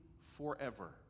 forever